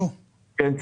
כן.